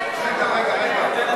רגע.